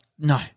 No